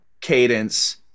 cadence